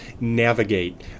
navigate